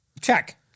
Check